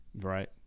Right